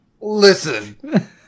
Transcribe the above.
listen